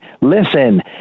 listen